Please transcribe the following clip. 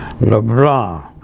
LeBlanc